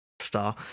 star